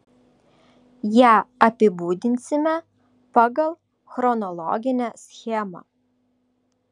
ją apibūdinsime pagal chronologinę schemą